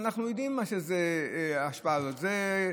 אנחנו יודעים מה ההשפעה הזאת.